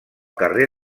carrer